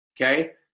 Okay